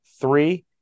three